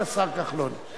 את השר כחלון,